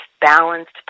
balanced